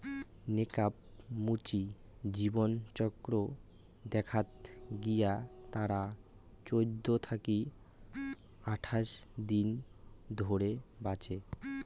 নেকাব মুচি জীবনচক্র দেখাত গিলা তারা চৌদ্দ থাকি আঠাশ দিন ধরে বাঁচে